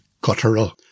guttural